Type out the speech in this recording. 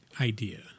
idea